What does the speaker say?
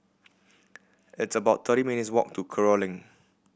it's about thirty minutes' walk to Kerong Lane